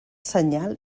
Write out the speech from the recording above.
senyal